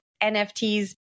NFTs